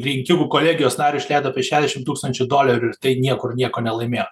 rinkimų kolegijos nariui išleido apie šešdešim tūkstančių dolerių ir tai niekur nieko nelaimėjo